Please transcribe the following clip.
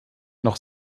noch